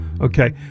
Okay